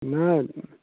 नहि